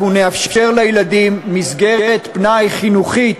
אנחנו נאפשר לילדים מסגרת פנאי חינוכית